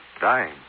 Dying